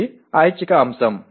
ఇది ఐచ్ఛిక అంశం